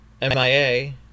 MIA